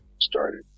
started